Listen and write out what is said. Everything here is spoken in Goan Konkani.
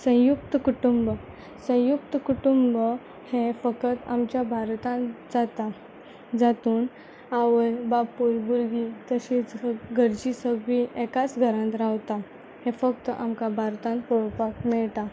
संयुक्त कुटुंब संयुक्त कुटुंब हें फकत आमच्या भारतान जाता जातून आवय बापूय भुरगीं तशींच घरचीं सगळीं एकाच घरांत रावतात हें फक्त आमकां भारतान पळोवपाक मेळटा